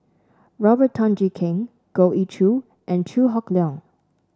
Robert Tan Jee Keng Goh Ee Choo and Chew Hock Leong